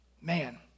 Man